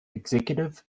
executive